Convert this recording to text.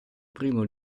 primo